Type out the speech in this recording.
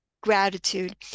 gratitude